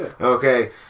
Okay